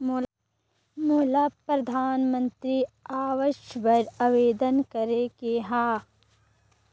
मोला परधानमंतरी आवास बर आवेदन करे के हा?